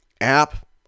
app